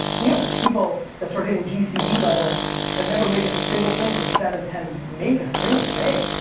we have people that start hitting gcd level that never make a single thing for seven, ten. make a single thing.